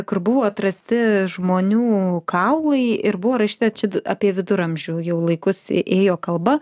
kur buvo atrasti žmonių kaulai ir buvo rašyta čia apie viduramžių jau laikus ėjo kalba